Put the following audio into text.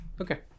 Okay